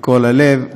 מכל הלב.